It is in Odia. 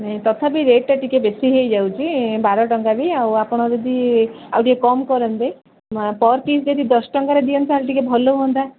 ନାଇ ତଥାପି ରେଟ୍ଟା ଟିକେ ବେଶୀ ହେଇ ଯାଉଛି ବାର ଟଙ୍କା ବି ଆପଣ ଯଦି ଆଉ ଟିକେ କମ୍ କରନ୍ତେ ପର୍ ପିସ୍ ଯଦି ଦଶ ଟଙ୍କାରେ ଦିଅନ୍ତା ଟିକେ ଭଲ ହୁଅନ୍ତା